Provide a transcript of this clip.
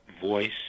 voice